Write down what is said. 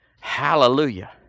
Hallelujah